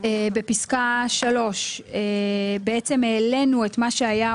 בפסקה (3) בעצם העלינו את מה שהיה,